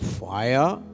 fire